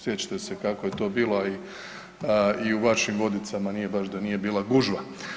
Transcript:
Sjećate se kako je to bilo, a i u vašim Vodicama nije baš da nije bila gužva.